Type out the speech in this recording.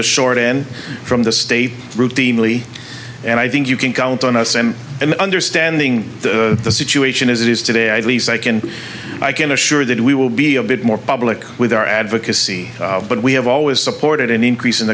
the short end from the state routinely and i think you can count on us and and understanding the situation as it is today i least i can i can assure that we will be a bit more public with our advocacy but we have always supported an increase in